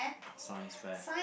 science fair